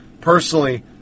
Personally